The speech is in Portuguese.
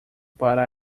para